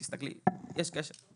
יש קשר.